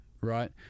right